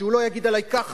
שהוא לא יגיד עלי ככה,